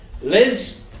Liz